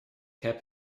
heb